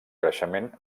creixement